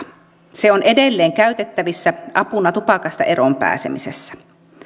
se on edelleen käytettävissä apuna tupakasta eroon pääsemisessä